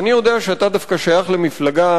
ואני יודע שאתה דווקא שייך למפלגה